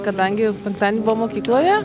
kadangi penktadienį buvo mokykloje